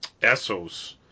Essos